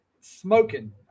smoking